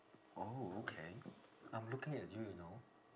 oh okay I'm looking at you you know